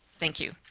thank you.